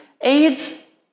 AIDS